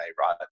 right